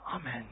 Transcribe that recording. Amen